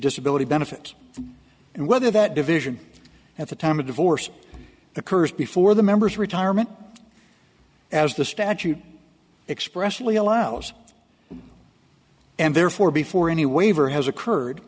disability benefits and whether that division at the time of divorce occurs before the members retirement as the statute expressly allows and therefore before any waiver has occurred